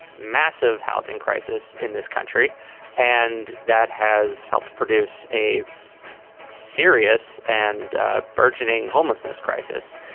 massive housing crisis in this country and that has helped produce a serious and burgeoning homelessness crisis.